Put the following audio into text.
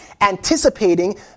anticipating